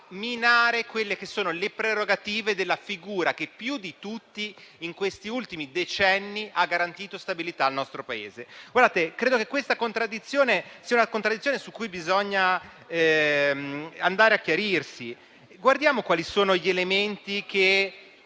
minare le prerogative della figura che più di tutte, in questi ultimi decenni, ha garantito stabilità al nostro Paese? Credo che questa sia una contraddizione su cui bisogna chiarirsi. Guardiamo quali sono gli elementi che